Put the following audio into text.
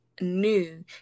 new